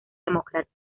democrática